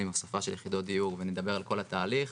הוספה של יחידות דיור ונדבר על כך התהליך